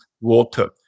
water